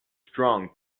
strong